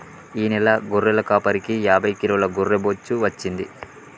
ఈ నెల గొర్రెల కాపరికి యాభై కిలోల గొర్రె బొచ్చు వచ్చింది